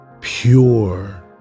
pure